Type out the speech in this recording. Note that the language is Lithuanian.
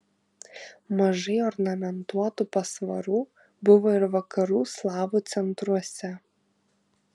mažai ornamentuotų pasvarų buvo ir vakarų slavų centruose